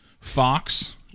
Fox